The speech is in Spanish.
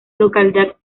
localidad